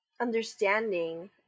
understanding